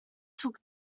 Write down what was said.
took